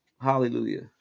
Hallelujah